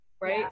right